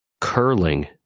curling